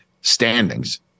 standings